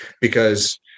because-